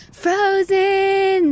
frozen